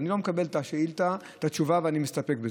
אני לא מקבל את התשובה ומסתפק בזה.